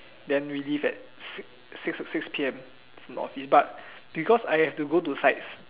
then we leave at six six six P_M from office but because I have to go to sites